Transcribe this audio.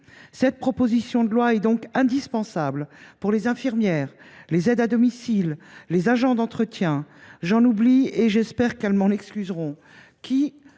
Cette proposition de loi est donc indispensable pour les infirmières, les aides à domicile, les agents d’entretien – j’en oublie certainement, et j’espère qu’elles m’en excuseront